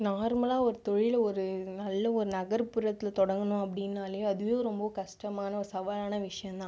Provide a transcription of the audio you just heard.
நார்மலாக ஒரு தொழிலில் ஒரு நல்ல ஒரு நகர்புறத்தில் தொடங்கணும் அப்படின்னாலே அதுவே ரொம்ப கஷ்டமான ஒரு சவாலான விஷயம் தான்